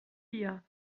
vier